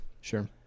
sure